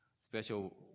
special